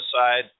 side